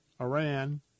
Iran